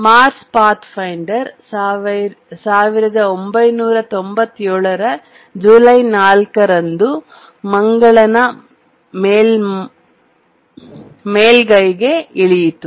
Mars Pathfinder 1997 ರ July 4 ರಂದು ಮಂಗಳನ ಮೇಲ್ಮೈಗೆ ಇಳಿಯಿತು